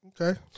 Okay